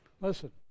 Listen